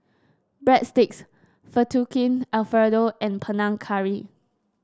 Breadsticks Fettuccine Alfredo and Panang Curry